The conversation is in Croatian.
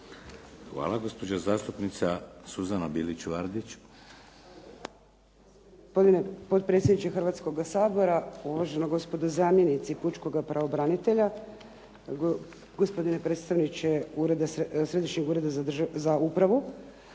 Vardić. **Bilić Vardić, Suzana (HDZ)** Gospodine potpredsjedniče Hrvatskoga sabora, uvažena gospodo zamjenici pučkoga pravobranitelja, gospodine predstavniče Središnjeg ureda za upravu.